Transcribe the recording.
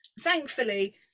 thankfully